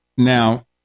Now